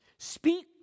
Speak